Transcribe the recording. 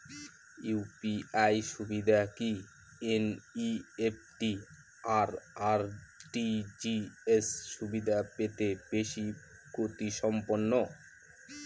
UPI সুবিধা কি NEFT আর আর.টি.জি.এস সুবিধা থেকে বেশি গতিসম্পন্ন?